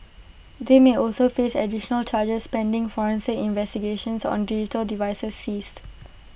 they may also face additional charges pending forensic investigations on digital devices seized